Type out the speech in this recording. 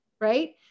right